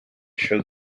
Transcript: showed